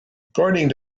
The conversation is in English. according